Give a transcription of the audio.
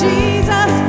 Jesus